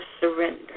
surrender